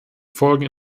folgen